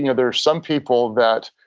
you know there are some people that